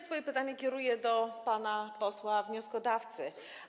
Swoje pytanie kieruję do pana posła wnioskodawcy.